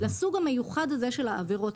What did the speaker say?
לסוג המיוחד הזה של העבירות,